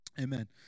Amen